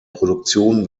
produktion